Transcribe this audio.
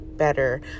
better